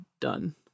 done